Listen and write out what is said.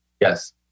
Yes